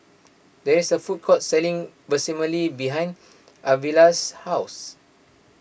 there is a food court selling Vermicelli behind Arvilla's house